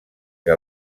que